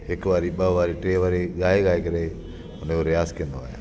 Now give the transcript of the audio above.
हिकु वारी ॿ वारी टे वारी ॻाए ॻाए करे हुन जो रियाज़ कंदो आहियां